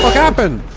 happened?